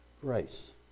grace